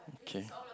okay